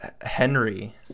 Henry